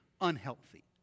unhealthy